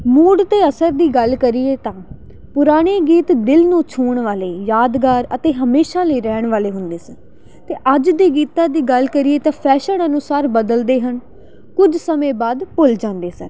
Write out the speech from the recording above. mood 'ਤੇ ਅਸਰ ਦੀ ਗੱਲ ਕਰੀਏ ਤਾਂ ਪੁਰਾਣੇ ਗੀਤ ਦਿਲ ਨੂੰ ਛੂਹਣ ਵਾਲੇ ਯਾਦਗਾਰ ਅਤੇ ਹਮੇਸ਼ਾ ਲਈ ਰਹਿਣ ਵਾਲੇ ਹੁੰਦੇ ਸਨ ਅਤੇ ਅੱਜ ਦੇ ਗੀਤਾਂ ਦੀ ਗੱਲ ਕਰੀਏ ਤਾਂ ਫੈਸ਼ਨ ਅਨੁਸਾਰ ਬਦਲਦੇ ਹਨ ਕੁਝ ਸਮੇਂ ਬਾਅਦ ਭੁੱਲ ਜਾਂਦੇ ਸਨ